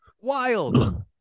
wild